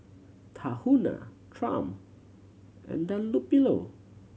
Tahuna Triumph and Dunlopillo